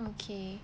okay